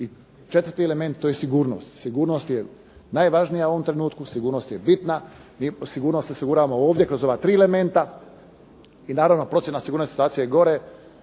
I četvrti element to je sigurnost. Sigurnost je najvažnija u ovom trenutku, sigurnost je bitna i sigurnost osiguravamo ovdje kroz ova tri elementa. I naravno procjena sigurnosti i situacije gore